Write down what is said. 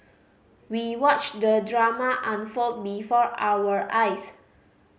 we watched the drama unfold before our eyes